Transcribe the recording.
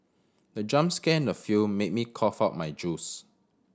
the jump scare in the film made me cough out my juice